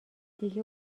دیگه